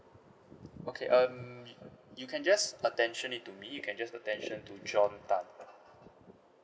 okay um you can just attention it to me you can just attention to john tan